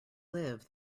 live